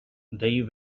they